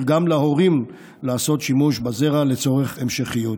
גם להורים לעשות שימוש בזרע לצורך המשכיות.